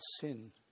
sin